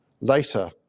Later